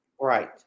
Right